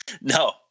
No